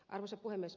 arvoisa puhemies